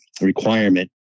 requirement